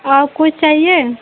और कुछ चाहिए